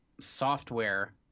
Software